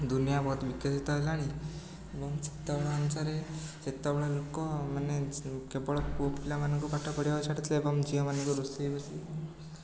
ଦୁନିଆ ବହୁତ ବିକଶିତ ହେଲାଣି ଏବଂ ସେତେବେଳ ଅନୁସାରେ ସେତେବେଳେ ଲୋକମାନେ ଯେ କେବଳ ପୁଅ ପିଲାମାନଙ୍କୁ ପାଠ ପଢ଼ିବାକୁ ଛାଡ଼ୁଥୁଲେ ଏବଂ ଝିଅମାନଙ୍କୁ ରୋଷେଇ ବୋଷେଇ